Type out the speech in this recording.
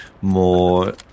more